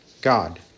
God